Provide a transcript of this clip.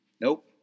Nope